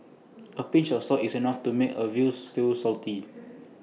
A pinch of salt is enough to make A Veal Stew